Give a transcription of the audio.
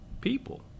people